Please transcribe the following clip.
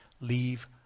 Leave